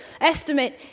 estimate